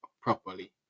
properly